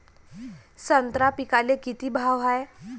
संत्रा पिकाले किती भाव हाये?